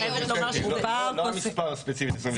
זה לא המספר הספציפי של 22,000,